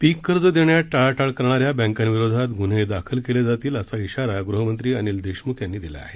पीककर्ज देण्यात टाळाटाळ करणाऱ्या बँकाविरोधात गून्हे दाखल केले जातील असा इशारा गृहमंत्री अनिल देशम्ख यांनी दिला आहे